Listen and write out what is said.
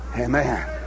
Amen